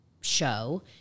show